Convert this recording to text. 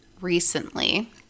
recently